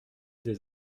des